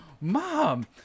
mom